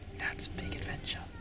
dad's big adventure!